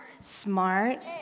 Smart